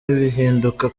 bihinduka